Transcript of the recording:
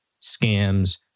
scams